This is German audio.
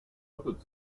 doppelt